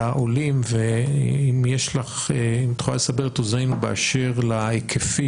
על העולים ואם את יכולה לסבר את אוזנינו באשר להיקפים